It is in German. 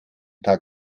tag